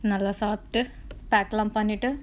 நல்ல சாப்ட்டு:nalla saapttu pack எல்லாம் pannittu:ellaam pannittu